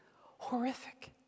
horrific